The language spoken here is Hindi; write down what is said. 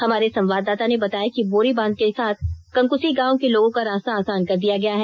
हमारे संवाददाता ने बताया कि बोरीबांध के साथ कंकुसी गांव के लोगों का रास्ता आसान कर दिया गया है